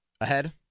Ahead